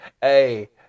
hey